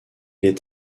est